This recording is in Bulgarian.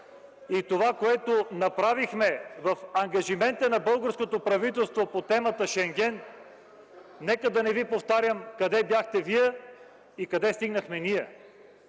и това, което направихме по ангажимента на българското правителство по темата „Шенген”, нека да не ви повтарям къде бяхте вие и къде стигнахме ние!